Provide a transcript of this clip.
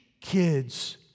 kids